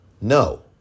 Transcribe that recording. No